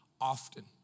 often